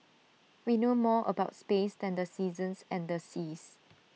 we know more about space than the seasons and the seas